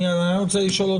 מיד.